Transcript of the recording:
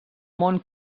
món